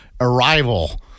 arrival